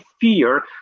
fear